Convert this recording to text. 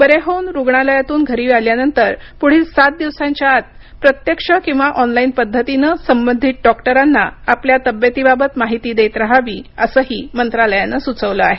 बरे होऊन रुग्णालयातून घरी आल्यानंतर पुढील सात दिवसांच्या आत प्रत्यक्ष किंवा ऑनलाइन पद्धतीने सबंधित डॉक्टरांना आपल्या तब्येतीबाबत माहिती देत रहावी असं ही मंत्रालयानं सुचवलं आहे